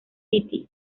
city